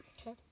Okay